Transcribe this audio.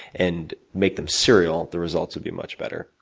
and make them serial, the results would be much better.